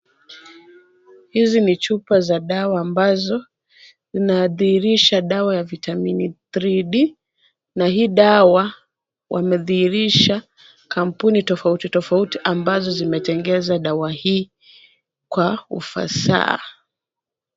Hizi ni chupa za dawa ambazo zinadhihirisha dawa ya vitamin 3D . Na hii dawa, wamedhihisha kampuni tofautitofauti ambazo zimetengeza dawa hii kwa ufasaha.